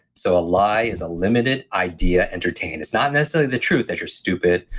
so a lie is a limited idea entertained. it's not necessarily the truth that you're stupid,